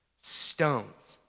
stones